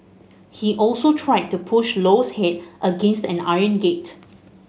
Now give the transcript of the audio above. he also tried to push Low's head against an iron gate